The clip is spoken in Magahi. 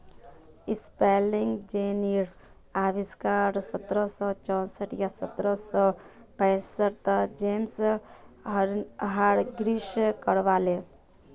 स्पिनिंग जेनीर अविष्कार सत्रह सौ चौसठ या सत्रह सौ पैंसठ त जेम्स हारग्रीव्स करायले